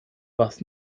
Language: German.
was